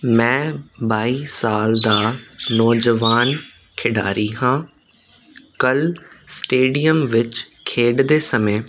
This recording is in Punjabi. ਮੈਂ ਬਾਈ ਸਾਲ ਦਾ ਨੌਜਵਾਨ ਖਿਡਾਰੀ ਹਾਂ ਕੱਲ੍ਹ ਸਟੇਡੀਅਮ ਵਿੱਚ ਖੇਡਦੇ ਸਮੇਂ